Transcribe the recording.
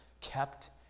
kept